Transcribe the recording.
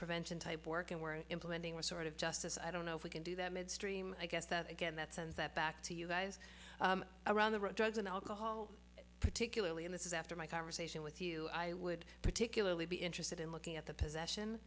prevention type work and we're implementing a sort of justice i don't know if we can do that midstream i guess that again that sense that back to you guys around the road drugs and alcohol particularly in this is after my conversation with you i would particularly be interested in looking at the possession